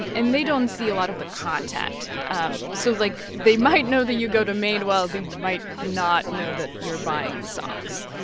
and and they don't see a lot of the content. um so, like, they might know that you go to madewell. they might not know that you're buying socks.